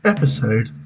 Episode